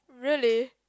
really